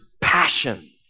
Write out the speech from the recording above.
passion